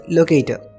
Locator